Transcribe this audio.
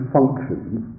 functions